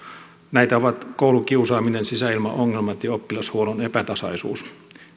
näitä ovat koulukiusaaminen sisäilmaongelmat ja oppilashuollon epätasaisuus